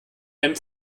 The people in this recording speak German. einem